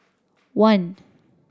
one